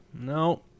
No